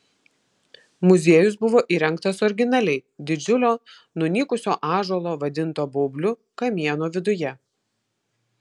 muziejus buvo įrengtas originaliai didžiulio nunykusio ąžuolo vadinto baubliu kamieno viduje